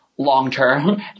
long-term